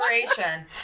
inspiration